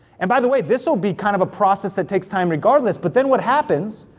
and by the way, this will be kind of a process that takes time regardless, but then what happens,